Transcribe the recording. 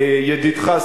ידידך,